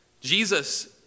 Jesus